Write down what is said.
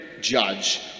judge